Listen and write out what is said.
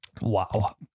Wow